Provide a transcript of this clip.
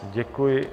Děkuji.